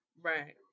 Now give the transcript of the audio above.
Right